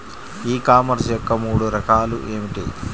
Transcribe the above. ఈ కామర్స్ యొక్క మూడు రకాలు ఏమిటి?